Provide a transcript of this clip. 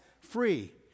free